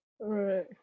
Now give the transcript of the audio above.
right